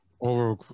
over